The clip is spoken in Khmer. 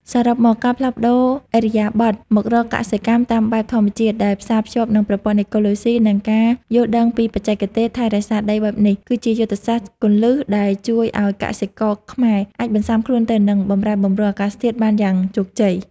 សរុបមក ការផ្លាស់ប្តូរឥរិយាបថមករកកសិកម្មតាមបែបធម្មជាតិដែលផ្សារភ្ជាប់នឹងប្រព័ន្ធអេកូឡូស៊ី និងការយល់ដឹងពីបច្ចេកទេសថែរក្សាដីបែបនេះ គឺជាយុទ្ធសាស្ត្រគន្លឹះដែលជួយឱ្យកសិករខ្មែរអាចបន្ស៊ាំខ្លួនទៅនឹងបម្រែបម្រួលអាកាសធាតុបានយ៉ាងជោគជ័យ។